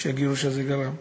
שהגירוש הזה גרם.